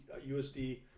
usd